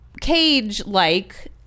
Cage-like